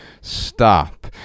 stop